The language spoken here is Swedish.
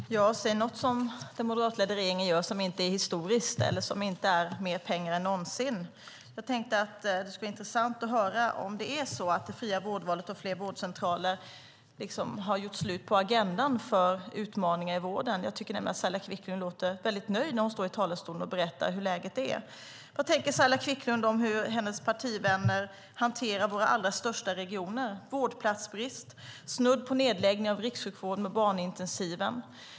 Herr talman! Säg något som den moderatledda regeringen gör som inte är historiskt eller som inte innebär mer pengar än någonsin. Jag tänkte att det skulle vara intressant att höra om det är så att det fria vårdvalet och fler vårdcentraler har gjort slut på agendan för utmaningar i vården. Jag tycker nämligen att Saila Quicklund låter väldigt nöjd när hon står i talarstolen och berättar hur läget är. Vad tänker Saila Quicklund om hur hennes partivänner hanterar våra allra största regioner? Det är vårdplatsbrist och snudd på nedläggning av rikssjukvården med barnintensiven.